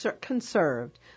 conserved